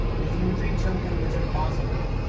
if you think something is impossible,